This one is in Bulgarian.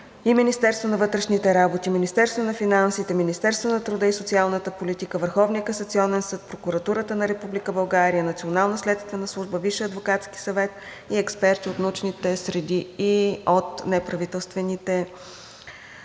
Министерството на вътрешните работи, Министерството на финансите, Министерството на труда и социалната политика, Върховният касационен съд, Прокуратурата на Република България, Националната следствена служба, Висшият адвокатски съвет и експерти от научните среди и от неправителствените